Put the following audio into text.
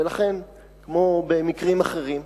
ולכן, כמו במקרים אחרים,